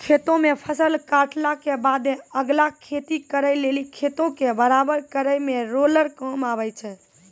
खेतो मे फसल काटला के बादे अगला खेती करे लेली खेतो के बराबर करै मे रोलर काम आबै छै